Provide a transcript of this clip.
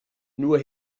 nur